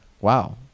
Wow